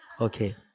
Okay